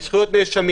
עם זכויות נאשמים.